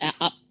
up